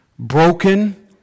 Broken